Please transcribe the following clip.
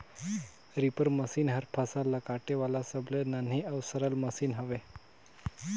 reaper machine हर फसल ल काटे वाला सबले नान्ही अउ सरल मसीन हवे